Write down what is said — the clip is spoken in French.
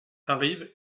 arrive